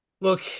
look